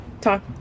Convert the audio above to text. talk